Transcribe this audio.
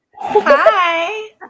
hi